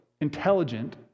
intelligent